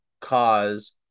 cause